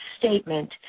statement